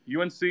UNC